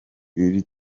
iri